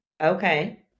okay